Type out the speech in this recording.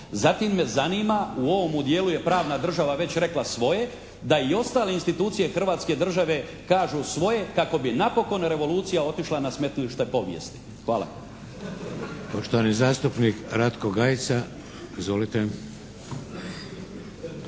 Zatim me zanima, u ovomu dijelu je pravna država već rekla svoje, da i ostale institucije Hrvatske države kažu svoje kako bi napokon revolucija otišla na smetlište povijesti. Hvala.